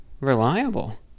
reliable